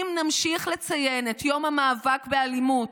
אם נמשיך לציין את יום המאבק באלימות,